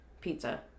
pizza